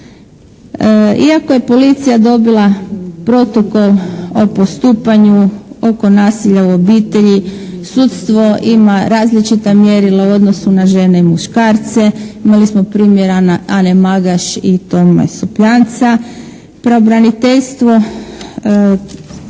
Iako je policija dobila protokol o postupanju oko nasilja u obitelji sudstvo ima različita mjerila u odnosu na žene i muškarce. Imali smo primjer Ane Magaš i Tome Supljanca. Pravobraniteljstvo,